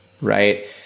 Right